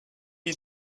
you